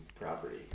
property